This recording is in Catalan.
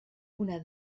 una